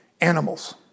animals